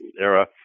era